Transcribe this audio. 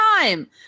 time